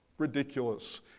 ridiculous